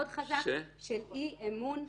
מאוד חזק של אי אמון.